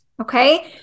okay